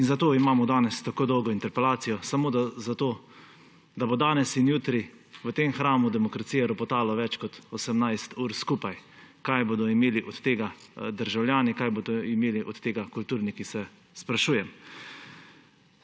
Zato imamo danes tako dolgo interpelacijo, samo zato, da bo danes in jutri v tem hramu demokracije ropotalo več kot 18 ur skupaj. Kaj bodo imeli od tega državljani, kaj bodo imeli od tega kulturniki, se sprašujem.